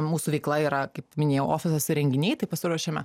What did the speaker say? mūsų veikla yra kaip minėjau ofisas ir renginiai tai pasiruošiame